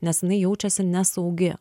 nes jinai jaučiasi nesaugi